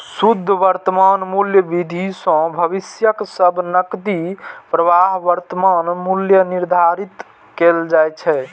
शुद्ध वर्तमान मूल्य विधि सं भविष्यक सब नकदी प्रवाहक वर्तमान मूल्य निर्धारित कैल जाइ छै